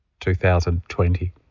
2020